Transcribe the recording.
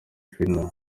finland